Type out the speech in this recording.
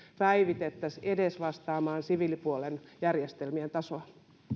päivitettäisiin edes vastaamaan siviilipuolen järjestelmien tasoa